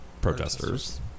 protesters